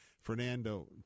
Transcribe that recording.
Fernando